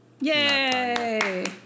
Yay